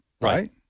right